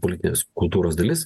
politinės kultūros dalis